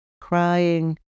crying